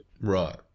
Right